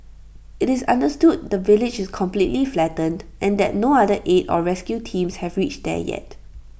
IT is understood the village is completely flattened and that no other aid or rescue teams have reached there yet